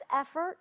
effort